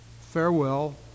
farewell